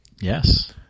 Yes